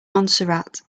montserrat